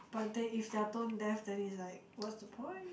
but they if they are tone deaf that is like what's the point